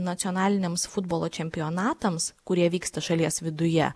nacionaliniams futbolo čempionatams kurie vyksta šalies viduje